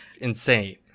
insane